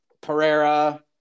Pereira